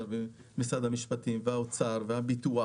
משרד המשפטים, משרד האוצר, סייבר, ביטוח